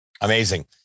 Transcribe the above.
Amazing